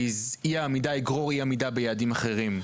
כי אי העמידה תגרור אי עמידה ביעדים אחרים.